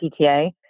PTA